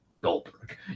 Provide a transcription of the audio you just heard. Goldberg